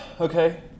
okay